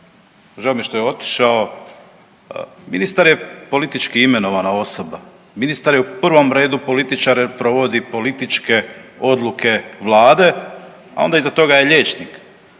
mi je što je otišao, ministar je politički imenovana osoba. Ministar je u prvom redu političar jer provodi političke odluke Vlade, a onda iza toga je liječnik,